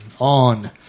On